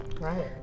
Right